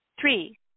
Three